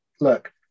look